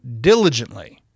diligently